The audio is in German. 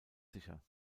sicher